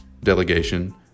delegation